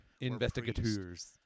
Investigators